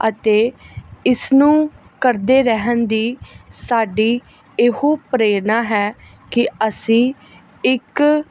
ਅਤੇ ਇਸ ਨੂੰ ਕਰਦੇ ਰਹਿਣ ਦੀ ਸਾਡੀ ਇਹੋ ਪ੍ਰੇਰਨਾ ਹੈ ਕਿ ਅਸੀਂ ਇੱਕ